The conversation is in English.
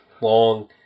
long